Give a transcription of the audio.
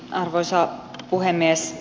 arvoisa puhemies